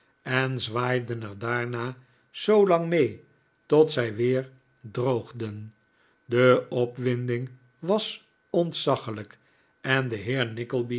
en zwaaiden er daarna zoolang me'e tot zij weer droognikolaas nickleb y den de opwinding was ontzaglijk en de